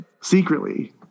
secretly